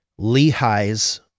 Lehi's